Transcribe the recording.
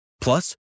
Plus